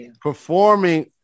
performing